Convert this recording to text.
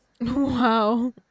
Wow